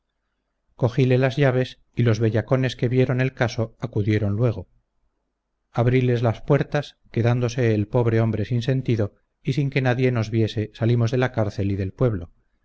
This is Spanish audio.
cogile las llaves y los bellacones que vieron el caso acudieron luego abriles las puertas quedándose el pobre hombre sin sentido y sin que nadie nos viese salimos de la cárcel y del pueblo